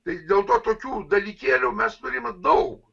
tai dėl to tokių dalykėlių mes turime daug